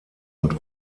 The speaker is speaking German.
und